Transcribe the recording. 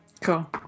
Cool